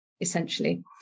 essentially